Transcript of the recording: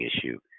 issue